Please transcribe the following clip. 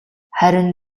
харин